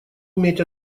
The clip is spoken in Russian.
уметь